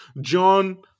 John